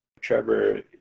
Trevor